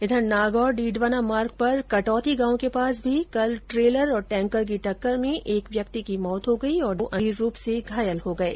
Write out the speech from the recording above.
इधर नागौर डीडवाना मार्ग पर कटोती गांव के पास भी कल ट्रेलर और टैंकर की टक्कर में एक व्यक्ति की मौत हो गई और दो अन्य गंभीर रूप से घायल हो गये